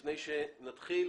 לפני שנתחיל,